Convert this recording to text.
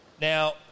now